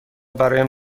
برایم